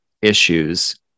issues